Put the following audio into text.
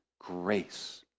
grace